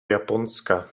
japonska